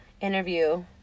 interview